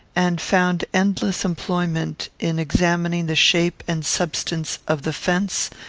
and found endless employment in examining the shape and substance of the fence,